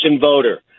voter